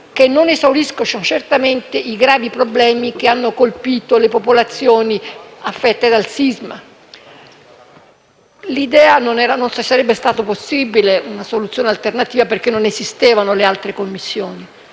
che non esauriscono certamente i gravi problemi che hanno colpito le popolazioni interessate dal sisma. Non sarebbe stata possibile una soluzione alternativa, perché non esistevano le altre Commissioni,